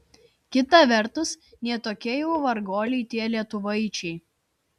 kita vertus ne tokie jau varguoliai tie lietuvaičiai